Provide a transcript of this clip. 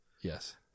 Yes